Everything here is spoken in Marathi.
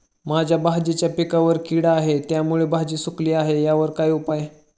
माझ्या भाजीच्या पिकावर कीड आहे त्यामुळे भाजी सुकली आहे यावर काय उपाय?